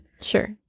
Sure